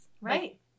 right